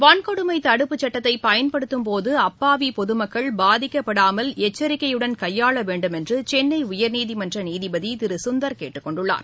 வன்கொடுமைதடுப்பு சட்டத்தைபயன்படுத்தும் போது அப்பாவிபொதுமக்கள் பாதிக்கப்படாமல் எச்சரிக்கையுடன் கையாளவேண்டும் என்றுசென்னைஉயர்நீதிமன்றநீதிபதிதிருகந்தர் கேட்டுக் கொண்டுள்ளார்